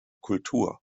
kultur